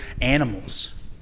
animals